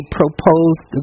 proposed